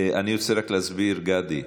אני רוצה רק להסביר, גדי,